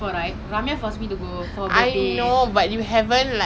like I wish I was not that scared to like pat dogs lah